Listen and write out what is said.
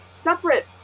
Separate